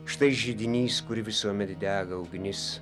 štai židinys kur visuomet dega ugnis